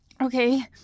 okay